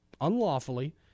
unlawfully